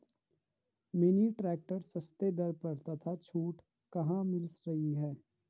Mini tractor सस्ते दर पर तथा छूट कहाँ मिल रही है?